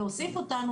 להוסיף אותנו,